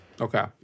Okay